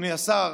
אדוני השר,